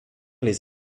les